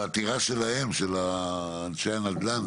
בעתירה של אנשי הנדל"ן,